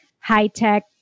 high-tech